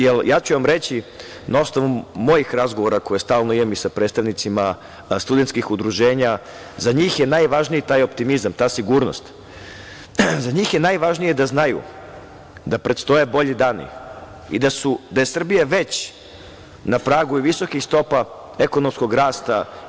Ja ću vam reći, na osnovu mojih razgovora koje stalno imam i sa predstavnicima studentskih udruženja, za njih je najvažniji taj optimizam, ta sigurnost, da znaju da predstoje bolji dani i da je Srbija već na pragu visokih stopa ekonomskog rasta.